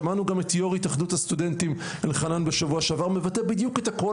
שמענו גם את יו"ר התאחדות הסטודנטים אלחנן בשבוע שעבר מבטא בדיוק את הקול